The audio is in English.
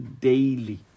daily